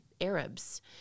arabs